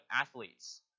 athletes